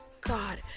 God